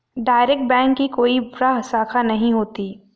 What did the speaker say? direct bank की कोई बाह्य शाखा नहीं होती